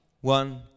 one